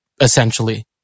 essentially